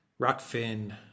rockfin